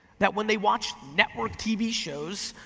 that when they watch network tv shows,